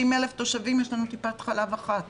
יש טיפת חלב אחת